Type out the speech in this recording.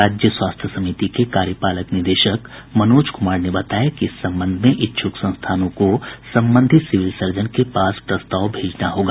राज्य स्वास्थ्य समिति के कार्यपालक निदेशक मनोज कुमार ने बताया कि इस संबंध में इच्छुक संस्थानों को संबंधित सिविल सर्जन के पास प्रस्ताव भेजना होगा